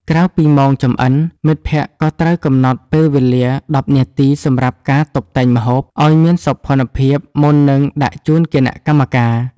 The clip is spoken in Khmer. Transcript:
ក្រៅពីម៉ោងចម្អិន មិត្តភក្តិក៏ត្រូវកំណត់ពេលវេលា ១០ នាទីសម្រាប់ការតុបតែងម្ហូប ឱ្យមានសោភ័ណភាពមុននឹងដាក់ជូនគណៈកម្មការ។